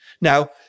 Now